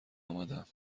آمدم